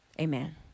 amen